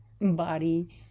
body